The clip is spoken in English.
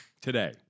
Today